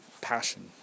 passion